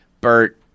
Bert